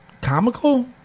comical